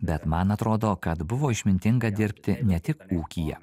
bet man atrodo kad buvo išmintinga dirbti ne tik ūkyje